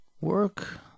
work